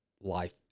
life